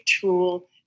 tool